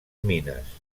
mines